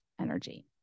energy